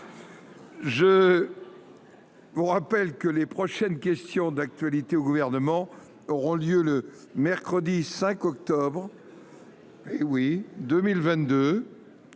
au Gouvernement. Les prochaines questions d'actualité au Gouvernement auront lieu le mercredi 5 octobre 2022,